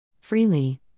Freely